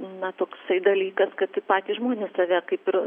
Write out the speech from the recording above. na toksai dalykas kad patys žmonės save kaip ir